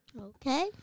Okay